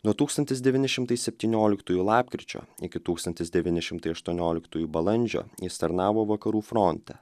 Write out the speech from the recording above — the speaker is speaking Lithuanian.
nuo tūkstantis devyni šimtai septynioliktųjų lapkričio iki tūkstantis devyni šimtai aštuonioliktųjų balandžio jis tarnavo vakarų fronte